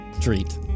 treat